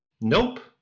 Nope